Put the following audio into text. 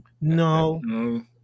No